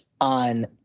on